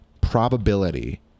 probability